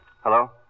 Hello